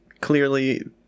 Clearly